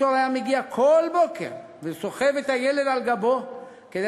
ויקטור היה מגיע כל בוקר וסוחב את הילד על גבו כדי